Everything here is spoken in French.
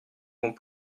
vont